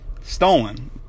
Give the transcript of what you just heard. stolen